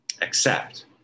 accept